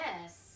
Yes